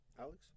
Alex